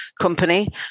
company